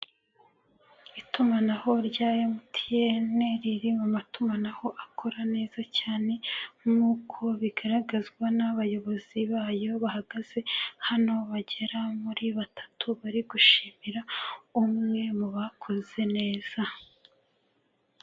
Itumanaho rya MTN riri mu matumanaho akora neza cyane, nkuko bigaragazwa n'abayobozi bayo bahagaze hano bagera muri batatu bari gushimira umwe mu bakoze neza.